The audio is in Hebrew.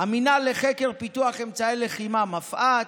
המינהל לחקר פיתוח אמצעי לחימה, מפא"ת,